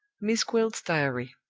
miss gwilt's diary.